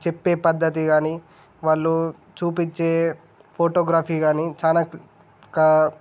చెప్పే పద్ధతి కానీ వాళ్ళు చూపించే ఫోటోగ్రాఫీ కానీ చాలా కావు